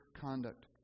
conduct